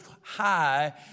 high